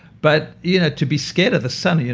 but you know to be scared of the sun,